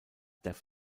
deaf